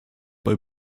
bei